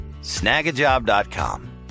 snagajob.com